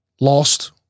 lost